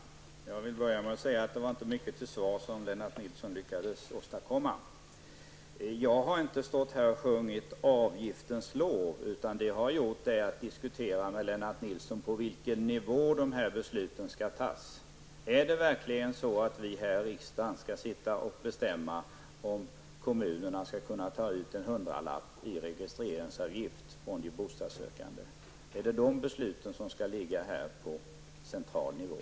Herr talman! Jag vill börja med att säga att det inte var mycket till svar som Lennart Nilsson lyckades åstadkomma. Jag har inte stått här och sjungit avgiftens lov, utan vad jag har gjort är att diskutera med Lennart Nilsson på vilken nivå dessa beslut skall fattas. Är det verkligen så att vi här i riksdagen skall bestämma huruvida kommunerna skall ta ut en hundralapp i registreringsavgift från de bostadssökande? Skall sådana beslut ligga här på central nivå?